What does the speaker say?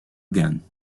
again